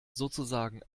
sozusagen